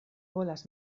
volas